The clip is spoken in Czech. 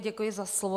Děkuji za slovo.